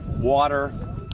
water